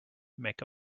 make